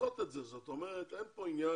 עושות את זה, זאת אומרת אין פה עניין